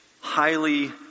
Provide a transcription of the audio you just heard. highly